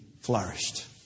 flourished